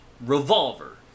Revolver